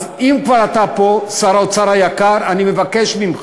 אז אם כבר אתה פה, שר האוצר היקר, אני מבקש ממך,